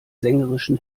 sängerischen